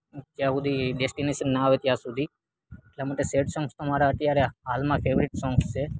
જ્યાં સુધી ડેસ્ટિનેશન ના આવે ત્યાં સુધી એટલા માટે સેડ સોંગ્સ તો મારા અત્યારે હાલમાં ફેવરેટ સોંગ્સ છે